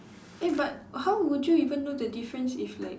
eh but how would you even know the difference if like